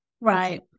Right